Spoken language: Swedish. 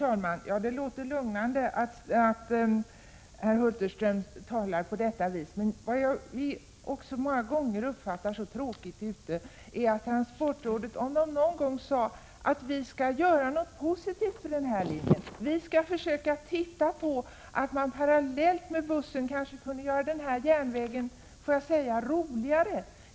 Herr talman! Det låter lugnande att kommunikationsministern talar på detta vis. Men jag önskar att transportrådet någon gång sade: Vi skall göra något positivt för den här linjen, vi skall titta på om man parallellt med bussen kunde göra denna järnväg roligare.